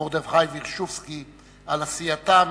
ומרדכי וירשובסקי על עשייתם,